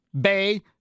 Bay